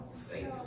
faith